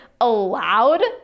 Allowed